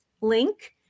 link